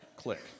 click